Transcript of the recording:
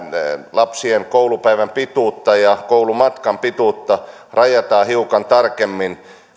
lapsien koulupäivän pituutta ja koulumatkan pituutta rajataan hiukan tarkemmin